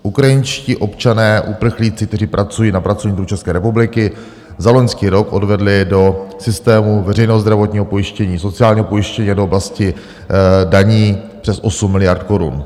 Ukrajinští občané, uprchlíci, kteří pracují na pracovní České republiky, za loňský rok odvedli do systému veřejného zdravotního pojištění, sociálního pojištění a do oblasti daní přes 8 miliard korun.